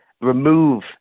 remove